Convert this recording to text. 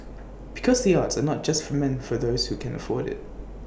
because the arts are not just for meant for those who can afford IT